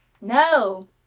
No